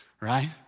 Right